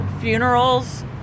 funerals